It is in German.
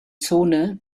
zone